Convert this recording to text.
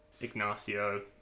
Ignacio